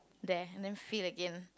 there and then field again